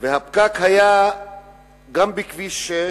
הפקק היה גם בכביש 6